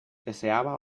deseaba